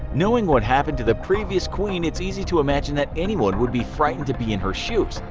knowing what happened to the previous queen, it's easy to imagine that anyone would be frightened to be in her shoes.